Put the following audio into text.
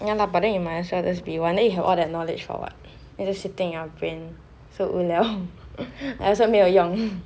ya lah but then you might as well be one then you have that knowledge for what you are just sitting there in your brain so 无聊 like also 没有用